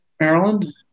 Maryland